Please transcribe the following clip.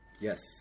Yes